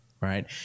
right